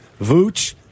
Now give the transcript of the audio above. Vooch